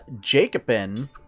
Jacobin